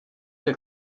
der